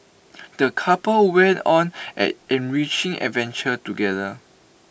the couple went on an enriching adventure together